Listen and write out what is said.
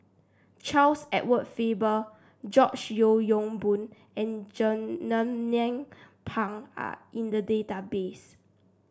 Charles Edward Faber George Yeo Yong Boon and Jernnine Pang are in the database